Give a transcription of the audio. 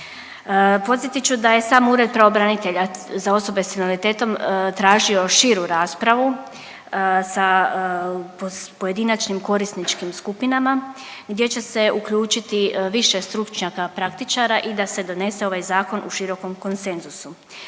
Podsjetit ću da je sam Ured pravobranitelja za osobe s invaliditetom tražio širu raspravu sa pojedinačnim korisničkim skupinama gdje će se uključiti više stručnjaka praktičara i da se donese ovaj zakon u širokom konsenzusu.